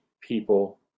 people